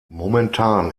momentan